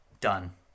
done